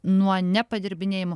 nuo ne padirbinėjimų